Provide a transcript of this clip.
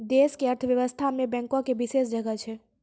देश के अर्थव्यवस्था मे बैंको के विशेष जगह छै